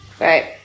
Right